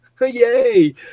Yay